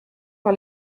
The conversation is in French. par